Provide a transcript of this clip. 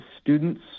students